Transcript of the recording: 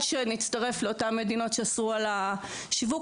שנצטרף לאותן מדינות שאסרו על השיווק.